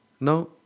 Now